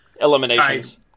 Eliminations